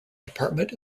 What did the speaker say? department